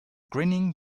grinning